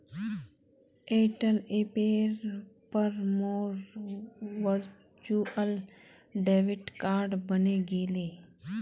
Airtel ऐपेर पर मोर वर्चुअल डेबिट कार्ड बने गेले